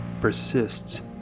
persists